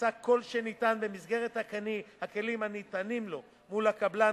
עשה כל שניתן במסגרת הכלים הנתונים לו מול הקבלן,